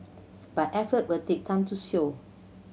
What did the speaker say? but effort will take time to show